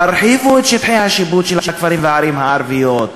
תרחיבו את שטחי השיפוט של הכפרים והערים הערביים,